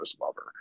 lover